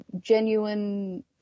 genuine